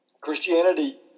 Christianity